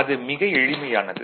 அது மிக எளிமையானது